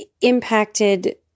impacted